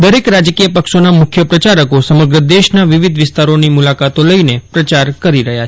દરેક રાજકીય પક્ષોના મુખ્ય પ્રચારકો સમગ્ર દેશના વિવિધ વિસ્તારોની મુલાકાતો લઈને પ્રચાર કરી રહ્યા છે